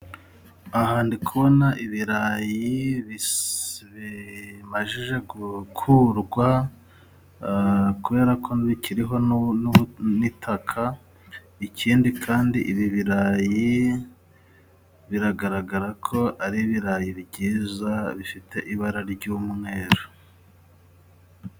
Aha ndi kubona ibirayi bimajije gukurwa kubera ko bikiriho n'itaka ikindi kandi ibi birayi biragaragara ko ari ibirayi byiza bifite ibara ry'umweru.